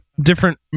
different